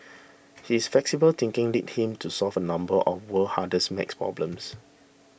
his flexible thinking led him to solve a number of world's hardest math problems